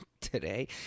today